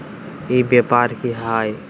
ई व्यापार की हाय?